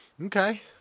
Okay